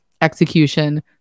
execution